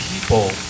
people